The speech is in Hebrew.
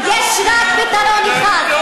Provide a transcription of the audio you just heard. יש רק פתרון אחד,